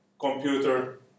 Computer